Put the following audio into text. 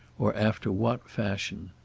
or after what fashion.